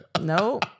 No